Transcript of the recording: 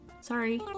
Sorry